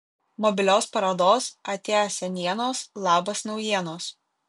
mobilios parodos atia senienos labas naujienos